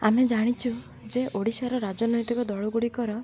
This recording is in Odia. ଆମେ ଜାଣିଛୁ ଯେ ଓଡ଼ିଶାର ରାଜନୈତିକ ଦଳ ଗୁଡ଼ିକର